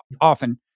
often